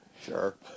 Sure